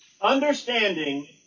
understanding